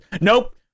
nope